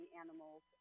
animals